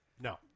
No